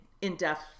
in-depth